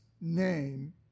name